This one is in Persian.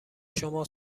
شما